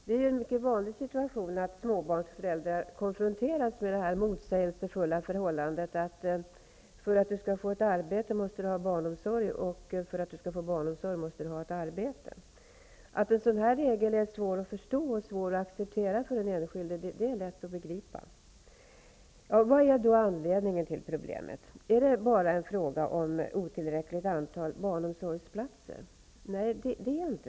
Det är en mycket vanlig situation att småbarnsföräldrar konfronteras med detta motsägelsefulla förhållande: För att du skall få ett arbete måste du ha barnomsorg, och för att du skall få barnomsorg måste du ha ett arbete. Att en sådan regel är svår att förstå och acceptera för den enskilde är lätt att begripa. Nej, det är inte det.